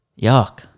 Yuck